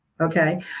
Okay